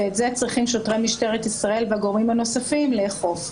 ואת זה צריכים שוטרי משטרת ישראל והגורמים הנוספים לאכוף.